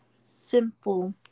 simple